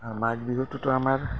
আৰু মাঘ বিহুটোতো আমাৰ